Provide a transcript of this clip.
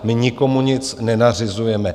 My nikomu nic nenařizujeme.